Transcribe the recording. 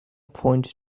point